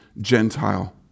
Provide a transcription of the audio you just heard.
Gentile